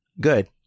good